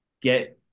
get